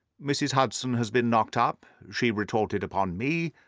mrs. hudson has been knocked up, she retorted upon me,